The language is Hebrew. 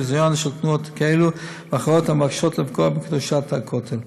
ביזיון של תנועות כאלה ואחרות המאפשרות לפגוע בקדושת הכותל.